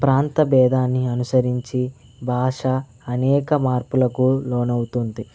ప్రాంత భేదాన్ని అనుసరించి భాష అనేక మార్పులకు లోనవుతుంది